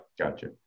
gotcha